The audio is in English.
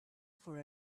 for